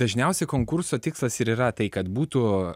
dažniausiai konkurso tikslas ir yra tai kad būtų